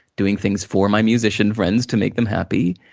doing things for my musician friends, to make them happy.